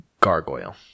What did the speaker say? gargoyle